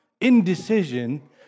Indecision